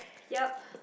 yup